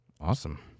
Awesome